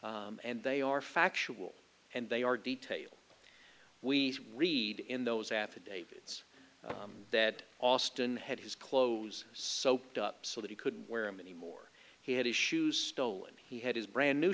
and they are factual and they are detail we read in those affidavits that austin had his clothes soaked up so that he couldn't wear them anymore he had his shoes stolen he had his brand new